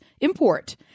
import